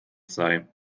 sei